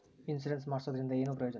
Insurance ಮಾಡ್ಸೋದರಿಂದ ಏನು ಪ್ರಯೋಜನ?